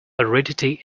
aridity